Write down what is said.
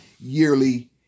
yearly